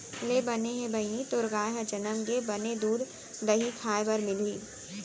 ले बने हे बहिनी तोर गाय ह जनम गे, बने दूद, दही खाय बर मिलही